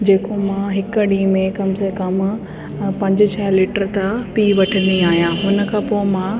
जेको मां हिकु ॾींहुं में कम से कम पंज छह लीटर त पी वठंदी आहियां उन खां पोइ मां